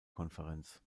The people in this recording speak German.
konferenz